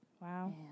Wow